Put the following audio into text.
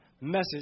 message